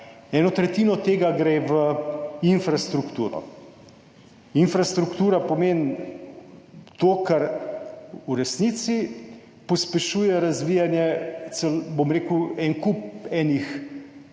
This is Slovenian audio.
Eno tretjino tega gre v infrastrukturo. Infrastruktura pomeni to, kar v resnici pospešuje razvijanje en kup enih